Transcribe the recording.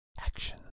Action